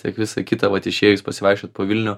tiek visa kita vat išėjus pasivaikščiot po vilnių